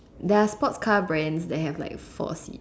there are sports car Brands that have like four seats